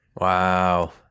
Wow